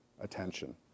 attention